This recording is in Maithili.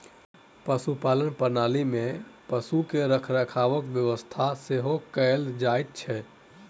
पशुपालन प्रणाली मे पशु के रखरखावक व्यवस्था सेहो कयल जाइत छै